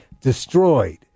destroyed